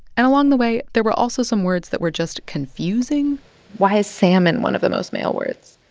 and along the way, there were also some words that were just confusing why is salmon one of the most male words?